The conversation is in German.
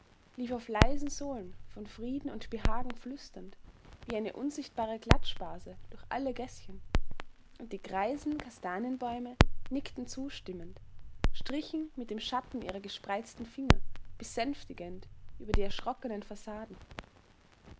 lief auf leisen sohlen von frieden und behagen flüsternd wie eine unsichtbare klatschbase durch alle gäßchen und die greisen kastanienbäume nickten zustimmend strichen mit dem schatten ihrer gespreizten finger besänftigend über die erschrockenen fassaden